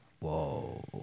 Whoa